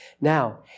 Now